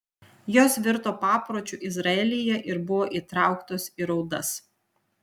jos virto papročiu izraelyje ir buvo įtrauktos į raudas